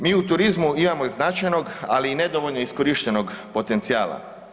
Mi u turizmu imamo i značajnog ali i nedovoljno iskorištenog potencijala.